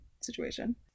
situation